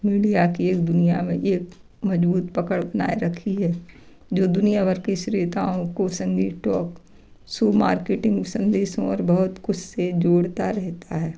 media की इस दुनिया में एक मज़बूत पकड़ बनाए रखी है जो दुनिया भर की स्रोताओं को संगठित मार्केटिंग संदेशों और बहुत कुछ से जोड़ता रहता है